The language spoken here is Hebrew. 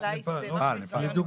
אז נפאל, לדוגמה.